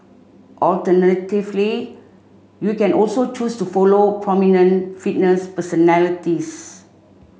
alternatively you can also choose to follow prominent fitness personalities